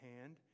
hand